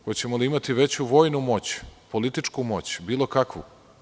Hoćemo li imati veću vojnu moć, političku moć, bilo kakvu?